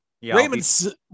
Raymond's